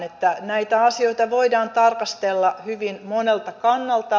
että näitä asioita voidaan tarkastella hyvin monelta kannalta